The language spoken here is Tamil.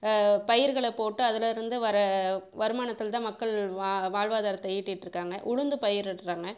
பயிர்களை போட்டு அதிலருந்து வர வருமானதில்தான் மக்கள் வா வாழ்வாதாரத்தை ஈட்டிகிட்ருக்காங்க உளுந்து பயிரிடுகிறாங்க